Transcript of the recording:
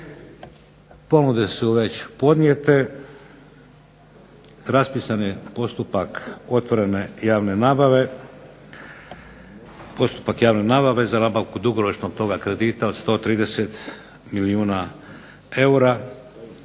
Ponude su već podnijete, raspisan je postupak otvorene javne nabave, postupak javne nabave za nabavku dugoročnog toga kredita od 130 milijuna eura.